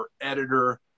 editor